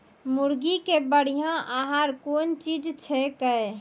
मुर्गी के बढ़िया आहार कौन चीज छै के?